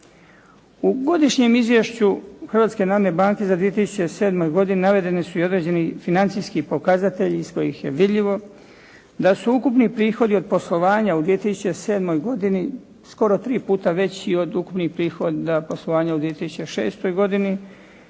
U godišnjem izvješću Hrvatske narodne banke za 2007. godinu navedeni su i određeni financijski pokazatelji iz kojih je vidljivo da su ukupni prihodi od poslovanja u 2007. godini skoro tri puta veći od ukupnih prihoda poslovanja u 2006. godini